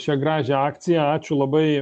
šią gražią akciją ačiū labai